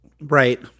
Right